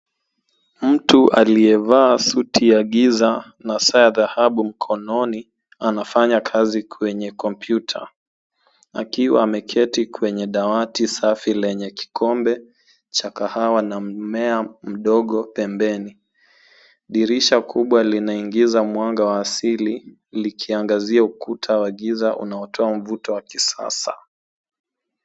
Mtu aliyevaa suti ya giza na saa ya dhahabu mkononi, anafanya kazi kwenye kompyuta, akiwa ameketi kwenye dawati safi lenye kikombe cha kahawa na mmea mdogo pembeni. Dirisha kubwa linaingiza mwanga wa asili likiangazia ukuta wa giza unaotoa mvuto wa kisasa.